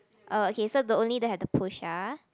uh okay so the only don't have the push ah